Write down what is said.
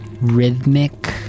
rhythmic